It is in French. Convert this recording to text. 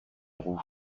roux